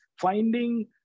finding